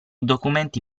documenti